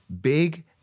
Big